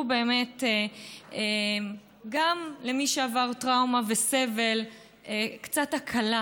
באמת גם למי שעבר טראומה וסבל קצת הקלה,